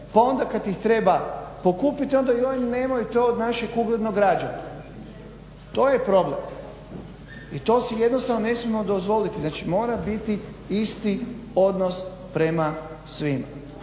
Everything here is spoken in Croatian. pa onda kada ih treba pokupiti onda joj nemojte to je od našeg uglednog građana. To je problem i to si jednostavno ne smijemo dozvoliti. Znači mora biti isti odnos prema svima.